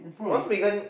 what's Megan